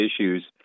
issues